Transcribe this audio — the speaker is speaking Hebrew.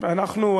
אנחנו,